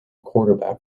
quarterback